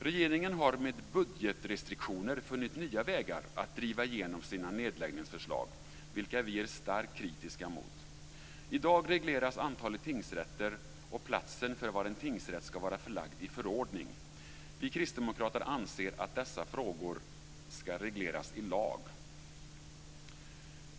Regeringen har med budgetrestriktioner funnit nya vägar att driva igenom sina nedläggningsförslag, vilka vi är starkt kritiska mot. I dag regleras antalet tingsrätter och platsen för var en tingsrätt ska vara förlagd i förordning. Vi kristdemokrater anser att dessa frågor ska regleras i lag.